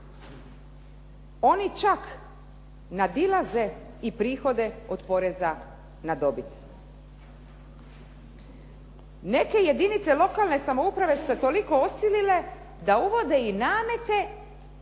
Oni čak nadilaze i prihode od poreza na dobit. Neke jedinice lokalne samouprave su se toliko osilile da uvode i namete